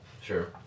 sure